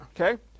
okay